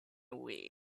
wii